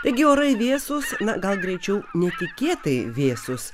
taigi orai vėsūs na gal greičiau netikėtai vėsūs